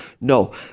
No